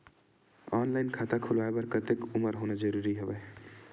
Online खाता खुलवाय बर कतेक उमर होना जरूरी हवय?